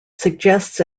suggests